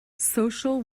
social